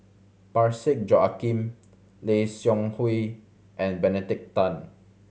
Parsick Joaquim Lim Seok Hui and Benedict Tan